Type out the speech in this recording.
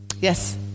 yes